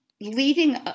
leading